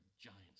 giants